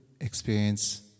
experience